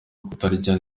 kutarya